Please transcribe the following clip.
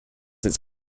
its